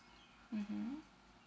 mmhmm